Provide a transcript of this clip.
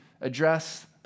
address